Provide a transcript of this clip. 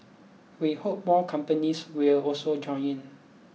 we hope more companies will also join in